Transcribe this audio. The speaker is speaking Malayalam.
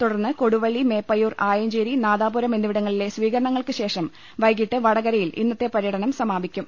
തുടർന്ന് കൊടുവള്ളി മേപ്പയ്യൂർ ആയഞ്ചേരി നാദാപുരം എന്നി വിടങ്ങളിലെ സ്വീകരണങ്ങൾക്ക് ശേഷം വൈകിട്ട് വടകരയിൽ ഇന്നത്തെ പര്യടനം സമാപിക്കും